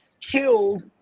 killed